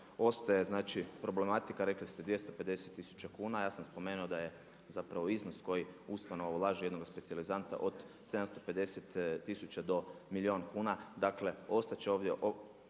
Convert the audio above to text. Ostaje znači problematika, rekli ste 250 tisuća kuna, ja sam spomenuo da je zapravo iznos koji ustanova ulaže u jednog specijalizanta od 750 tisuća do milijun kuna. Dakle ostat će ovdje